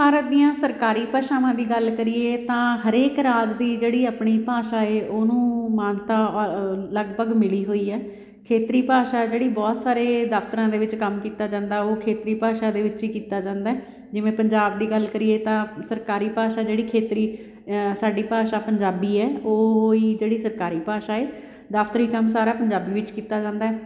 ਭਾਰਤ ਦੀਆਂ ਸਰਕਾਰੀ ਭਾਸ਼ਾਵਾਂ ਦੀ ਗੱਲ ਕਰੀਏ ਤਾਂ ਹਰੇਕ ਰਾਜ ਦੀ ਜਿਹੜੀ ਆਪਣੀ ਭਾਸ਼ਾ ਹੈ ਉਹਨੂੰ ਮਾਨਤਾ ਲਗਭਗ ਮਿਲੀ ਹੋਈ ਹੈ ਖੇਤਰੀ ਭਾਸ਼ਾ ਜਿਹੜੀ ਬਹੁਤ ਸਾਰੇ ਦਫ਼ਤਰਾਂ ਦੇ ਵਿੱਚ ਕੰਮ ਕੀਤਾ ਜਾਂਦਾ ਉਹ ਖੇਤਰੀ ਭਾਸ਼ਾ ਦੇ ਵਿੱਚ ਹੀ ਕੀਤਾ ਜਾਂਦਾ ਹੈ ਜਿਵੇਂ ਪੰਜਾਬ ਦੀ ਗੱਲ ਕਰੀਏ ਤਾਂ ਸਰਕਾਰੀ ਭਾਸ਼ਾ ਜਿਹੜੀ ਖੇਤਰੀ ਸਾਡੀ ਭਾਸ਼ਾ ਪੰਜਾਬੀ ਹੈ ਉਹ ਹੀ ਜਿਹੜੀ ਸਰਕਾਰੀ ਭਾਸ਼ਾ ਹੈ ਦਫ਼ਤਰੀ ਕੰਮ ਸਾਰਾ ਪੰਜਾਬੀ ਵਿੱਚ ਕੀਤਾ ਜਾਂਦਾ ਹੈ